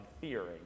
fearing